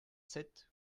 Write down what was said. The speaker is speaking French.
sept